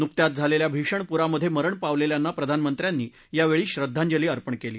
नुकत्याच झालेल्या भीषण पुरामधे मरण पावलेल्यांना प्रधानमंत्र्यांनी यावेळी श्रद्धांजली अर्पण केली